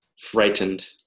frightened